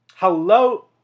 Hello